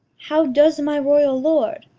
how does my royal lord?